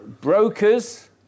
brokers